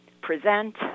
present